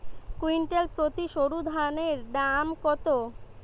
Quintal প্রতি সরুধানের দাম কত?